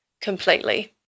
completely